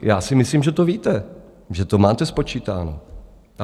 Já si myslím, že to víte, že to máte spočítáno.